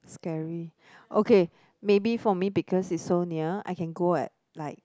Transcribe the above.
scary okay maybe for me because it's so near I can go what like